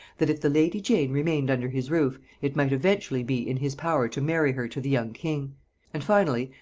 that if the lady jane remained under his roof, it might eventually be in his power to marry her to the young king and finally,